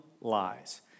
lies